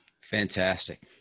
Fantastic